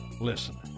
Listen